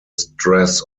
stress